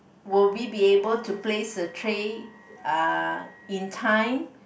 will we be able to place the tray uh in time